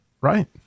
Right